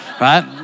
right